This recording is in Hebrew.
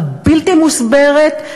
הבלתי-מוסברת,